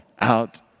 out